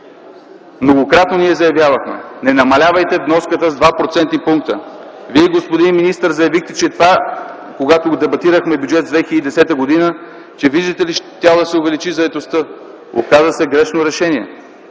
Многократно ние заявявахме: не намалявайте вноската с 2 процентни пункта! Вие, господин министър, заявихте, когато дебатирахме Бюджет 2010 г., че, виждате ли, щяла да се увеличи заетостта. Оказа се грешно решение.